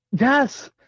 Yes